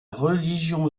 religion